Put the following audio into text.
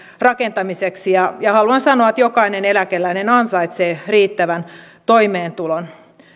rakentamiseksi ja ja haluan sanoa että jokainen eläkeläinen ansaitsee riittävän toimeentulon